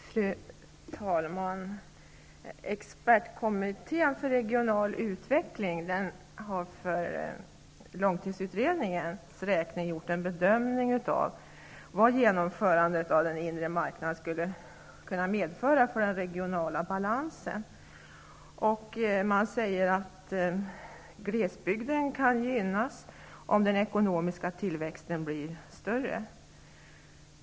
Fru talman! Expertkommittén för regional utveckling har för Långtidsutredningens räkning gjort en bedömning av vad genomförandet av den inre marknaden skulle kunna medföra för den regionala balansen. Man säger att glesbygden kan gynnas om den ekonomiska tillväxten blir större.